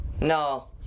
no